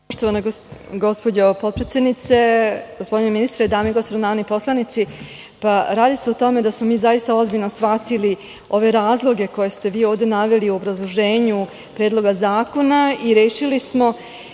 Poštovana gospođo potpredsednice, gospodine ministre, dame i gospodo narodni poslanici, radi se o tome da smo mi zaista ozbiljno shvatili ove razloge koje ste vi ovde naveli u obrazloženju Predloga zakona i rešili smo